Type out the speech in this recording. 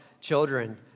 children